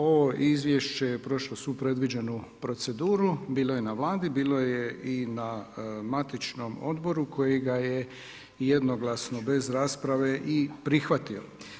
Ovo izvješće je prošlo svu predviđenu proceduru, bilo je na Vladi, bilo je i na matičnom odboru koji ga je jednoglasno bez rasprave i prihvatio.